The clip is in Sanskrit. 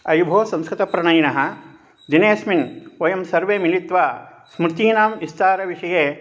अयि भोः संस्कृतप्रणयिनः दिनेस्मिन् वयं सर्वे मिलित्वा स्मृतीनाम् विस्तारविषये